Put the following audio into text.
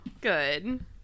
Good